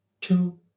Two